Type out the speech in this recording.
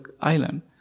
island